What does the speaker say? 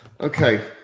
Okay